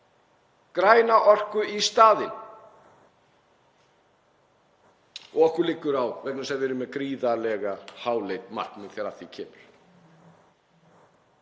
græna orku í staðinn, og okkur liggur á vegna þess að við erum með gríðarlega háleit markmið þegar að því kemur.